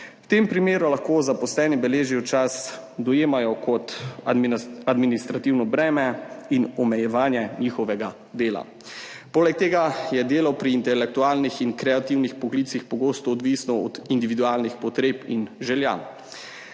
V tem primeru lahko zaposleni beleženje časa dojemajo kot administrativno breme in omejevanje njihovega dela. Poleg tega je delo pri intelektualnih in kreativnih poklicih pogosto odvisno od individualnih potreb in želja.